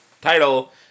title